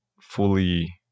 fully